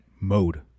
mode